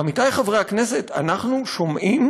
עמיתי חברי הכנסת, אנחנו שומעים